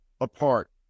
apart